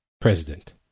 president